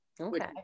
Okay